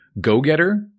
go-getter